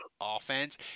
offense